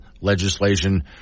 legislation